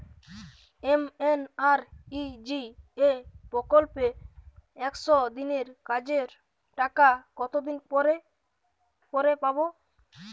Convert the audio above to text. MNREGA প্রকল্পে একশ দিনের কাজের টাকা কতদিন পরে পরে পাব?